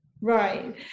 Right